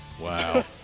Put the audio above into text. Wow